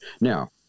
Now